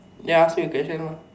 ya ask me a question lah